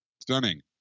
stunning